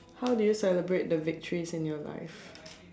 how do you celebrate the victories in your life